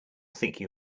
thinking